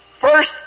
first